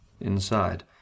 inside